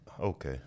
Okay